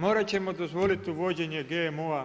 Morat ćemo dozvoliti uvođenje GMO-a